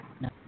No